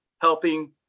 helping